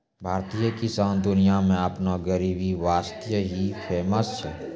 भारतीय किसान दुनिया मॅ आपनो गरीबी वास्तॅ ही फेमस छै